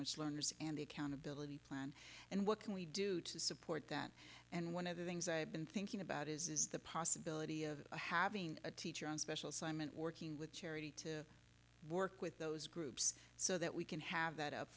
which learners and accountability plan and what can we do to support that and one of the things i've been thinking about is the possibility of having a teacher on special assignment working with charity to work with those groups so that we can have that up